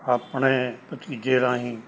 ਆਪਣੇ ਭਤੀਜੇ ਰਾਹੀਂ